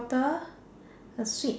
ter a sweet